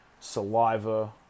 Saliva